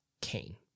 Cain